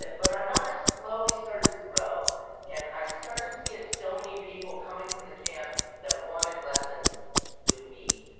but our numbers slowly started to grow and i started to get so many people coming from the camp that wanted lessons with me